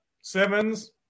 Simmons